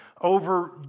over